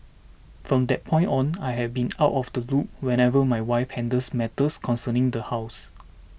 from that point on I have been out of the loop whenever my wife handles matters concerning the house